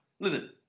Listen